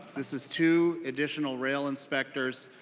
this is to additional rail inspectors.